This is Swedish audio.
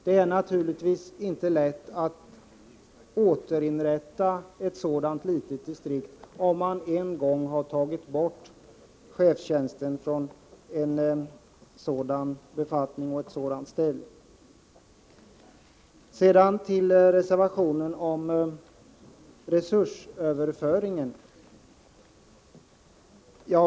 Det är naturligtvis inte lätt att åter inrätta ett sådant litet distrikt om man en gång tagit bort chefstjänsten där. Sedan till reservationen om resursöverföringen.